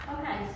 Okay